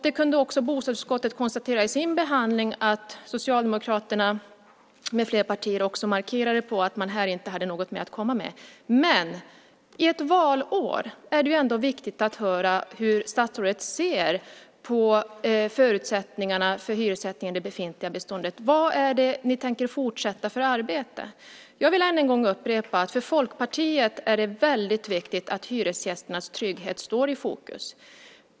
Det kunde också bostadsutskottet konstatera i sin behandling. Socialdemokraterna med flera partier markerade också att man här inte hade något att komma med. Ett valår är det ändå viktigt att höra hur statsrådet ser på förutsättningarna för hyressättningen i det befintliga beståndet. Vilket arbete tänker ni fortsätta med? Jag vill än en gång upprepa att för Folkpartiet är det väldigt viktigt att hyresgästernas trygghet står i fokus.